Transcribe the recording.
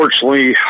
unfortunately